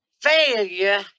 failure